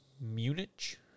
Munich